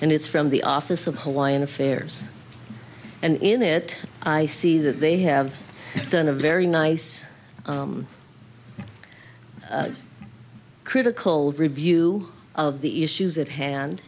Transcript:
and it's from the office of why in affairs and in it i see that they have done a very nice critical review of the issues at hand